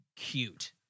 cute